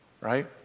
right